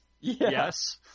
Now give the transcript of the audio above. Yes